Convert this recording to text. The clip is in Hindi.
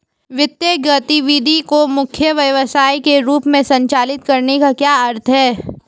वित्तीय गतिविधि को मुख्य व्यवसाय के रूप में संचालित करने का क्या अर्थ है?